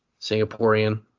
Singaporean